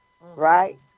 right